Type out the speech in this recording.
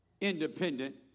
independent